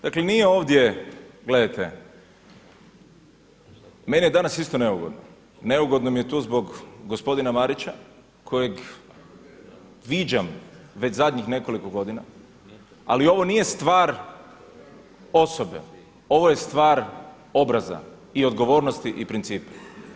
Dakle nije ovdje gledajte meni je danas isto neugodno, neugodno mi je tu zbog gospodina Marića kojeg viđam već zadnjih nekoliko godina, ali ovo nije stvar osobe, ovo je stvar obraza i odgovornosti i principa.